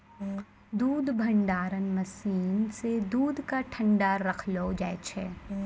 दूध भंडारण मसीन सें दूध क ठंडा रखलो जाय छै